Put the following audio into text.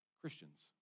Christians